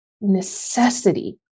necessity